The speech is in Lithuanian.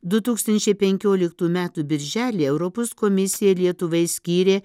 du tūkstančiai penkioliktų metų birželį europos komisija lietuvai skyrė